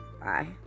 Bye